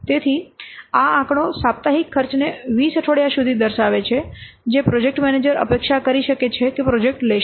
તેથી આ આંકડો સાપ્તાહિક ખર્ચ ને 20 અઠવાડિયાથી વધુ દર્શાવે છે જે પ્રોજેક્ટ મેનેજર અપેક્ષા કરી શકે છે કે પ્રોજેક્ટ લેશે